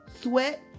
sweat